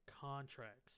contracts